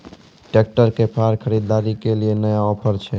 Tractor के फार खरीदारी के लिए नया ऑफर छ?